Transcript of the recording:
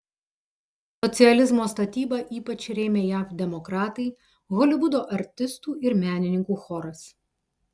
socializmo statybą ypač rėmė jav demokratai holivudo artistų ir menininkų choras